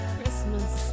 Christmas